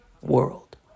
World